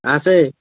আছে